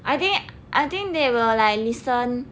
I think I think they will like listen